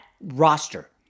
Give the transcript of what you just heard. roster